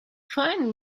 fine